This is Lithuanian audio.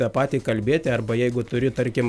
tą patį kalbėti arba jeigu turi tarkim